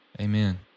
Amen